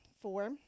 four